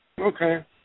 Okay